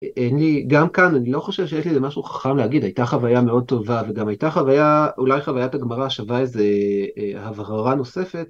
גם כאן אני לא חושב שיש לי משהו חכם להגיד, הייתה חוויה מאוד טובה וגם הייתה חוויה, אולי חוויית הגמרא שווה איזו הבהרה נוספת.